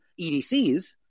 EDCs